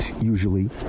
usually